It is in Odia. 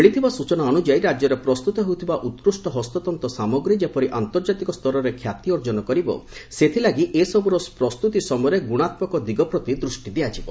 ମିଳିଥିବା ସୂଚନା ଅନୁଯାୟୀ ରାଜ୍ୟରେ ପ୍ରସ୍ତୁତ ହେଉଥିବା ଉକ୍କୁଷ୍ଟ ହସ୍ତତ୍ତ ସାମଗ୍ରୀ ଯେପରି ଆନ୍ତର୍କାତିକ ସ୍ତରରେ ଖ୍ୟାତି ଅର୍ଜନ କରିବ ସେଥିଲାଗି ଏ ସବୁର ପ୍ରସ୍ତୁତି ସମୟରେ ଗୁଶାତ୍କକ ଦିଗପ୍ରତି ଦୃଷ୍କ ଦିଆଯିବ